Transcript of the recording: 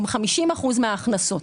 הם 50% מההכנסות.